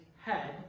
head